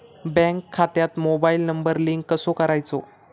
Bank खात्यात mobile number link कसो करायचो?